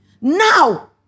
Now